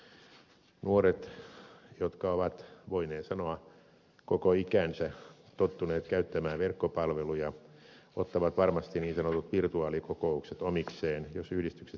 nuoret jotka ovat voinee sanoa koko ikänsä tottuneet käyttämään verkkopalveluja ottavat varmasti niin sanotut virtuaalikokoukset omikseen jos yhdistykset sellaisia tarjoavat